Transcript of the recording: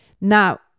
Now